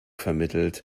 vermittelt